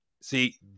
See